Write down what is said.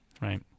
Right